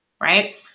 right